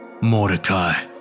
Mordecai